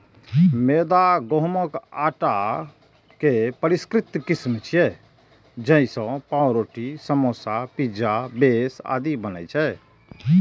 मैदा गहूंमक आटाक परिष्कृत किस्म छियै, जइसे पावरोटी, समोसा, पिज्जा बेस आदि बनै छै